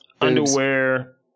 Underwear